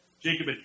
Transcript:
Jacob